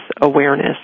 awareness